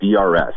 DRS